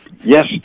Yes